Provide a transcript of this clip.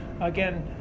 again